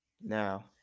now